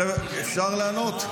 --- אפשר לענות?